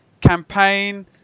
campaign